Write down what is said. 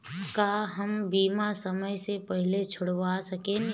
का हम बीमा समय से पहले छोड़वा सकेनी?